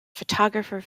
photographer